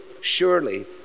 surely